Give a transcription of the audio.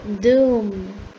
Doom